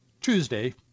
Tuesday